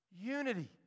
Unity